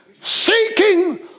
Seeking